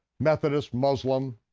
methodist, muslim,